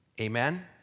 Amen